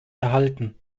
erhalten